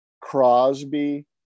Crosby